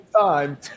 time